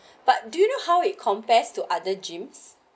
but do you know how it compares to other gyms